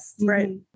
Right